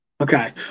Okay